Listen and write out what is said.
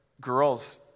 girls